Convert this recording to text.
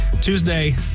Tuesday